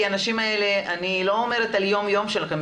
האנשים האלה אני לא אומרת על יומיום שלכם,